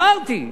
אמרתי.